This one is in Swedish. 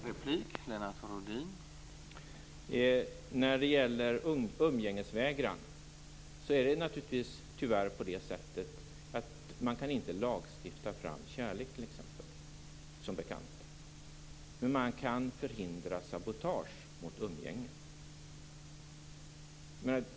Herr talman! När det gäller umgängesvägran är det tyvärr på det sättet att man inte kan lagstifta fram t.ex. kärlek, som bekant. Men man kan förhindra sabotage mot umgänge.